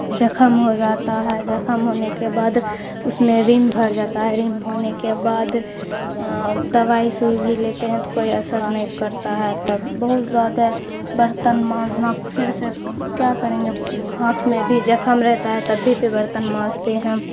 زخم ہو جاتا ہے زخم ہونے کے بعد اس میں ریم بھر جاتا ہے ریم ہونے کے بعد دوائی سوئی بھی لیتے ہیں تو کوئی اثر نہیں کرتا ہے تب بہت زیادہ برتن مانجھنا پھر سے کیا کریں گے ہاتھ میں بھی زخم رہتا ہے تب بھی پہ برتن مانجھتے ہیں